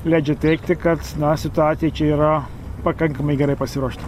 leidžia teigti kad na situacijai čia yra pakankamai gerai pasiruošta